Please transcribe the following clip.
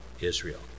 Israel